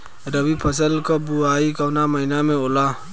रबी फसल क बुवाई कवना महीना में होला?